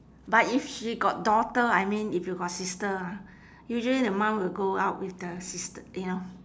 but if she got daughter I mean if you got sister ah usually the mum will go out with the sister you know